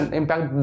impact